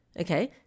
Okay